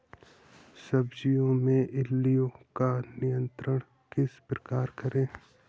सब्जियों में इल्लियो का नियंत्रण किस प्रकार करें?